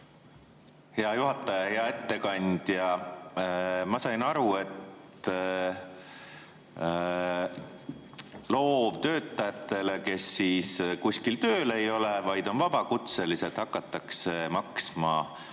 Hea juhataja! Hea ettekandja! Ma sain aru, et loovtöötajatele, kes kuskil tööl ei ole, kes on vabakutselised, hakatakse maksma